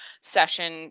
session